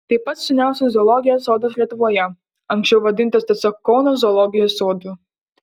tai pats seniausias zoologijos sodas lietuvoje anksčiau vadintas tiesiog kauno zoologijos sodu